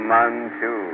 Manchu